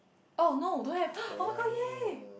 oh no don't have oh my-god !yay!